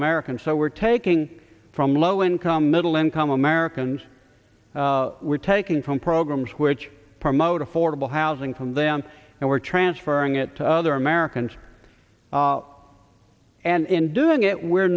americans so we're taking from low income middle income americans we're taking from programs which promote affordable housing from them and we're transferring it to other americans and in doing it we're